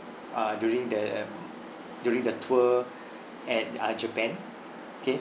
uh during the during the tour at uh japan okay